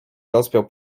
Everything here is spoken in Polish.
rozpiął